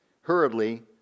hurriedly